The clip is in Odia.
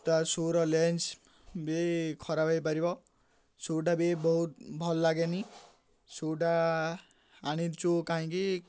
ତା ସୁ'ର ଲେନ୍ସ ବି ଖରାପ ହେଇପାରିବ ସୁ'ଟା ବି ବହୁତ ଭଲ ଲାଗେନି ସୁ'ଟା ଆଣିଛୁ କାହିଁକି